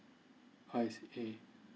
I see eh